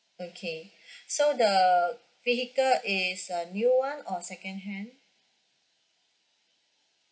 okay so the vehicle is a new one or secondhand